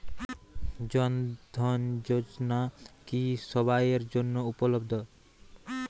জন ধন যোজনা কি সবায়ের জন্য উপলব্ধ?